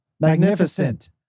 Magnificent